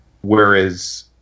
whereas